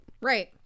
Right